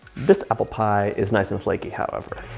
this apple pie is nice and flaky, however.